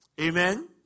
Amen